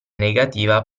negativa